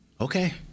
Okay